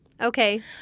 Okay